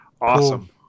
Awesome